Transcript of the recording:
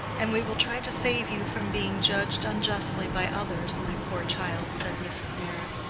and we will try to save you from being judged unjustly by others, my poor child, said mrs. meyrick,